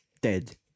dead